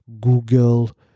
Google